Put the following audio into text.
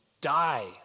die